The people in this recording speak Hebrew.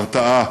התרעה,